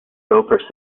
though